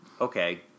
Okay